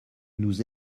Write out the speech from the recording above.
nous